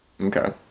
Okay